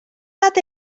nad